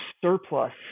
surplus